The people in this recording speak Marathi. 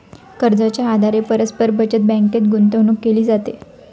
कर्जाच्या आधारे परस्पर बचत बँकेत गुंतवणूक केली जाते